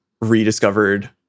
rediscovered